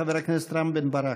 חבר הכנסת רם בן-ברק.